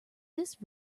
this